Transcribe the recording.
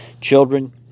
children